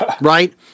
right